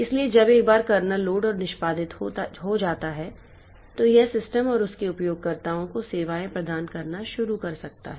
इसलिए जब एक बार कर्नेल लोड और निष्पादित हो जाता है तो यह सिस्टम और उसके उपयोगकर्ताओं को सेवाएं प्रदान करना शुरू कर सकता है